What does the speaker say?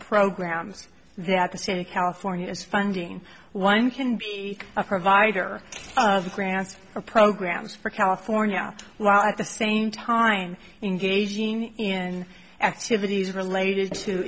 programs that the city california is funding one can be a provider of grants or programs for california while at the same time engaging in activities related to